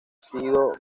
sido